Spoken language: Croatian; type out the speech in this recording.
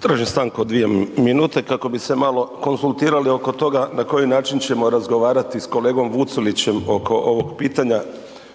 Tražim stanku od dvije minute kako bi se malo konzultirali oko toga na koji način ćemo razgovarati s kolegom Vucelićem oko ovog pitanja,